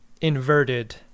inverted